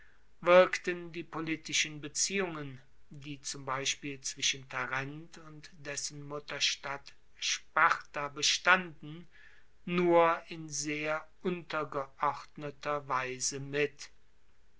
wirkten die politischen beziehungen die zum beispiel zwischen tarent und dessen mutterstadt sparta bestanden nur in sehr untergeordneter weise mit